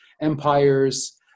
empires